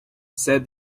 said